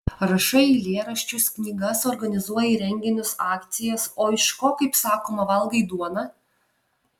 rašai eilėraščius knygas organizuoji renginius akcijas o iš ko kaip sakoma valgai duoną